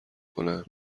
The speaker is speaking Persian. کنند